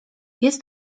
jest